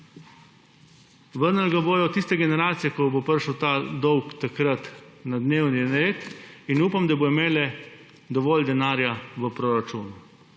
Vrnile ga bodo tiste generacije, ko bo prišel ta dolg takrat na dnevni red, in upam, da bodo imele dovolj denarja v proračunu.